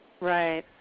Right